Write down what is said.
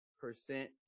percent